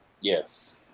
yes